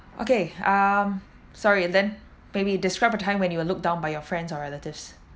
okay um sorry and then maybe describe a time when you were looked down by your friends or relatives